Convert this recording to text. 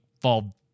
fall